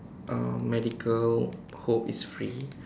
um medical hope it's free